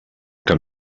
que